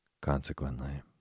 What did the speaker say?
Consequently